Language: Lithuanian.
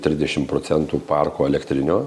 trisdešim procentų parko elektrinio